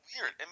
weird